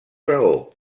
raó